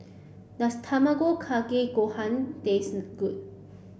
does Tamago Kake Gohan taste good